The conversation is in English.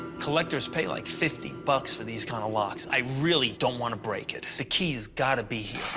collectors pay like fifty bucks for these kind of locks. i really don't want to break it. the key's got to be